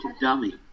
dummy